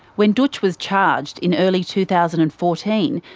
when dootch was charged in early two thousand and fourteen,